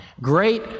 Great